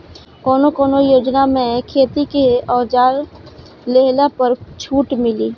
कवन कवन योजना मै खेती के औजार लिहले पर छुट मिली?